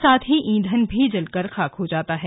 साथ ही ईंधन भी जलकर खाक हो जाता है